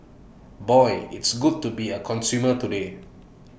boy it's good to be A consumer today